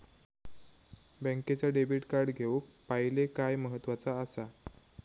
बँकेचा debit card घेउक पाहिले काय महत्वाचा असा?